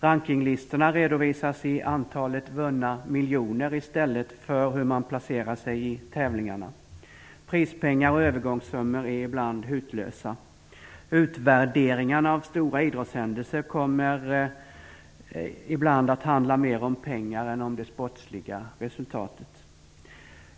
Rankinglistorna redovisas i antalet vunna miljoner i stället för hur man placerar sig i tävlingarna. Prispengar och övergångssummor är ibland hutlösa. Utvärderingarna av stora idrottshändelser kommer ibland att handla mer om pengar än om det sportsliga resultatet.